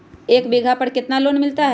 एक बीघा पर कितना लोन मिलता है?